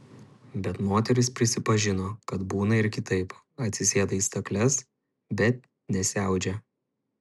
bet moteris prisipažino kad būna ir kitaip atsisėda į stakles bet nesiaudžia